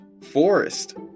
forest